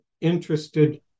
interested